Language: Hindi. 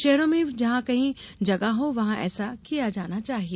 शहरों में भी जहाँ कही जगह हो वहाँ ऐसा किया जाना चाहिए